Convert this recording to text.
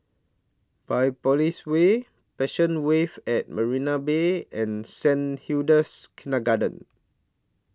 Biopolis Way Passion Wave At Marina Bay and Saint Hilda's Kindergarten